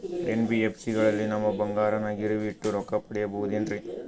NBFC ಗಳಲ್ಲಿ ನಮ್ಮ ಬಂಗಾರನ ಗಿರಿವಿ ಇಟ್ಟು ರೊಕ್ಕ ಪಡೆಯಬಹುದೇನ್ರಿ?